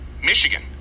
Michigan